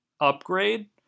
upgrade